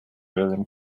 william